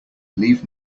leave